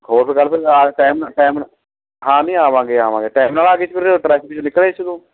ਹੋਰ time time ਹਾਂ ਨਹੀਂ ਆਵਾਂਗੇ ਆਵਾਂਗੇ